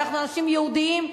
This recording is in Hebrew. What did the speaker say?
אנחנו אנשים יהודים,